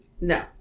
No